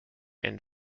and